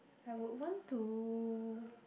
I would want to